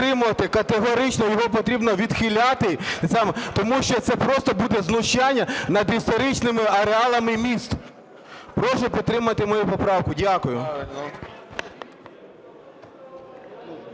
категорично, його потрібно відхиляти, тому що це просто буде знущання над історичними ареалами міст. Прошу підтримати мою поправку. Дякую.